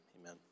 amen